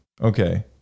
Okay